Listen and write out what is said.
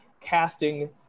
casting